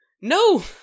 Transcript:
No